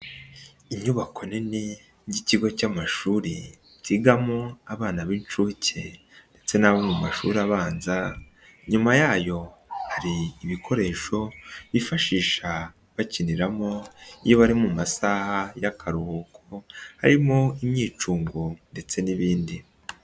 Inyubako nini y'ikigo cy'amashuri, kigamo abana b'inshuke ndetse n'abo mu mashuri abanza, inyuma yayo hari ibikoresho, bifashisha bakiniramo, iyo bari mu masaha y'akaruhuko, harimo imyicungo ndetse n'ibindi.